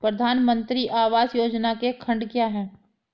प्रधानमंत्री आवास योजना के खंड क्या हैं?